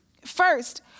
First